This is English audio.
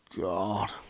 God